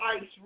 ice